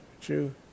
true